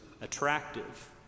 Attractive